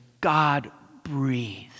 God-breathed